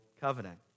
covenant